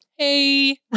hey